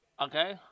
Okay